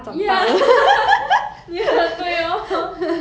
ya ya 对 orh